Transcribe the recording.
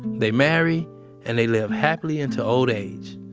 they marry and they live happily into old age,